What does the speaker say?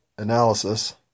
analysis